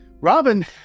Robin